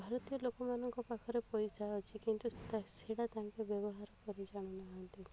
ଭାରତୀୟ ଲୋକମାନଙ୍କ ପାଖରେ ପଇସା ଅଛି କିନ୍ତୁ ତା ସେଇଟା ତାଙ୍କ ବ୍ୟବହାର କରି ଜାଣୁ ନାହାନ୍ତି